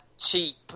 cheap